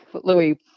Louis